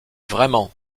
vraiment